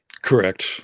Correct